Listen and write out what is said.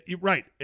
Right